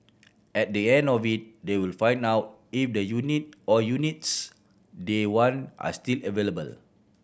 at the end of it they will find out if the unit or units they want are still available